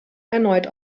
erneut